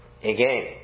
Again